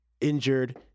injured